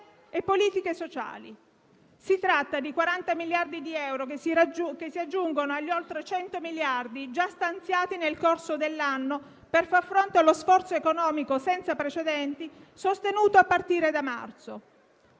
e politiche sociali. Si tratta di 40 miliardi di euro che si aggiungono agli oltre 100 già stanziati nel corso dell'anno per far fronte allo sforzo economico senza precedenti sostenuto a partire da marzo.